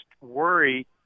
worry